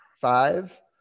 Five